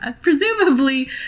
presumably